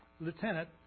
lieutenant